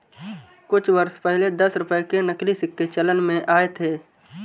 कुछ वर्ष पहले दस रुपये के नकली सिक्के चलन में आये थे